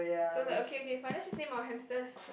so like okay okay fine let's just name our hamsters